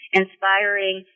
inspiring